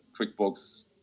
QuickBooks